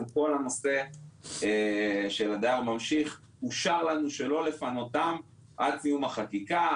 כל הנושא של אדם ממשיך אושר לנו שלא לפנותם עד סיום החקיקה,